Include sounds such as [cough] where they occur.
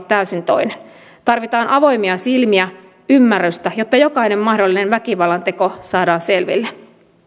[unintelligible] täysin toinen tarvitaan avoimia silmiä ymmärrystä jotta jokainen mahdollinen väkivallanteko saadaan selville